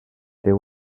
there